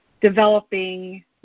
developing